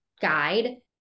guide